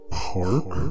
park